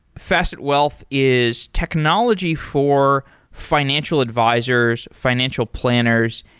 facet wealth is technology for financial advisors, financial planners,